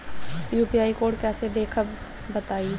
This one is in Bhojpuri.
यू.पी.आई कोड कैसे देखब बताई?